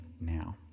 now